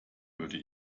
würde